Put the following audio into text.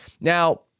Now